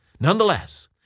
Nonetheless